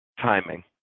timing